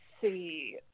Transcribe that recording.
see